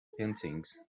paintings